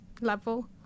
Level